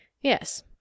Yes